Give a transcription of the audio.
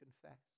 confess